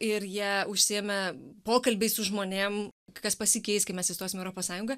ir jie užsiėmė pokalbiais su žmonėm kas pasikeis kai mes įstosim į europos sąjungą